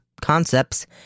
concepts